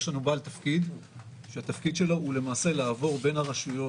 יש לנו בעל תפקיד שהתפקיד שלו הוא לעבור בין הרשויות,